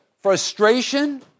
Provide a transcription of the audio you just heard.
Frustration